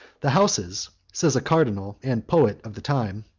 the houses, says a cardinal and poet of the times,